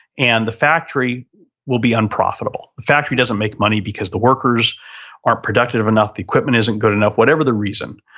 and the factory will be unprofitable. the factory doesn't make money, because the workers aren't productive enough, the equipment isn't good enough, whatever the reason.